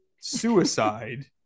Suicide